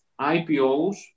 IPOs